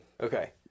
Okay